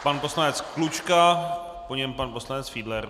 Pan poslanec Klučka, po něm pan poslanec Fiedler.